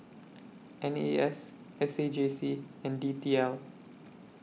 N A S S A J C and D T L